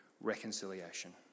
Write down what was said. reconciliation